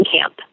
camp